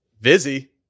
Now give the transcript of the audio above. Busy